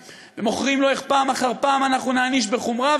ומוכרים לו איך פעם אחר פעם אנחנו נעניש בחומרה,